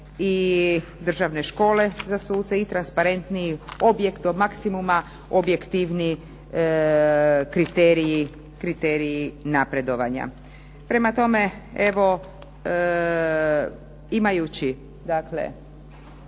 i državne škole za suce i transparentniji objekt tog maksimuma, objektivni kriteriji napredovanja. Prema tome, evo imajući dakle